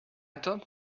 don’t